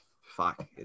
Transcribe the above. fuck